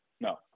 No